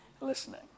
listening